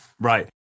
Right